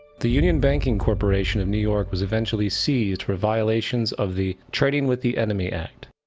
the union banking corporation of new york was eventually seized for violations of the trading with the enemy act.